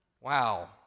Wow